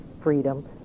freedom